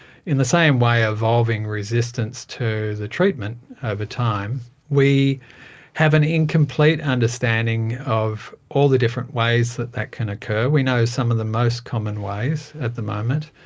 in the same way evolving resistance to the treatment over time. we have an incomplete understanding of all the different ways that that can occur. we know some of the most common ways at the moment.